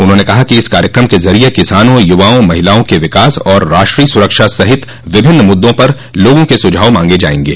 उन्होंने कहा कि इस कार्यक्रम के जरिए किसानों युवाओं महिलाओं के विकास और राष्ट्रीय सुरक्षा सहित विभिन्ना मुद्दों पर लोगों के सुझाव मांगे जायेंगे